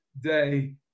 Day